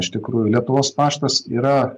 iš tikrųjų lietuvos paštas yra